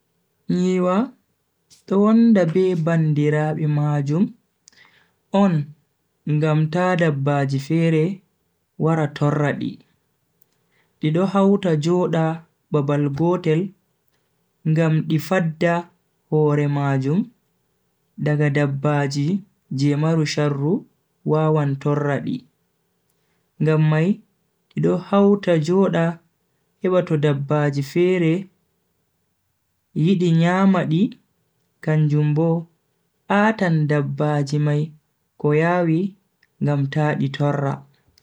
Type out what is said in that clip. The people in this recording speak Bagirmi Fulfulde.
Nyiwa do wonda be bandiraabe majum on ngam ta dabbaji fere wara torra di. di do hauta joda babal gotel ngam di fadda hore majum daga dabbaji je mari sharru wawan torra di. ngam mai di do hauta joda heba to dabbaji fere yidi nyama di kanjum bo a'tan dabbaji mai ko yawi ngam ta di torra.